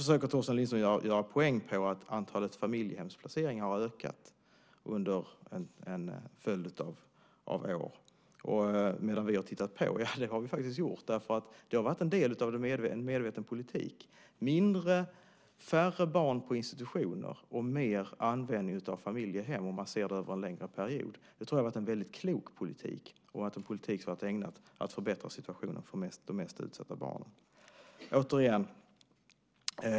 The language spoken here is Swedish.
Torsten Lindström försöker göra poäng på att antalet familjehemsplaceringar har ökat under en följd av år medan vi har tittat på. Det har vi faktiskt gjort. Det har varit en del av en medveten politik. Färre barn på institutioner och mer användning av familjehem, om man ser det över en längre period, tror jag har varit en väldigt klok politik och en politik som har förbättrat situationen för de mest utsatta barnen.